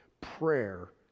prayer